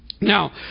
Now